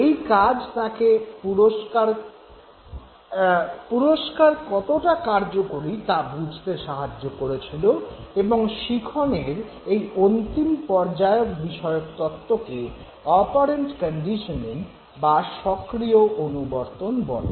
এই কাজ তাঁকে পুরস্কার কতটা কার্যকরী তা বুঝতে সাহায্য করেছিল এবং শিখনের এই অন্তিম পর্যায় বিষয়ক তত্ত্বকে অপারেন্ট কন্ডিশনিং বা সক্রিয় অনুবর্তন বলে